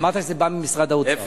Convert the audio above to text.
אמרת שזה בא ממשרד האוצר.